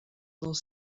dels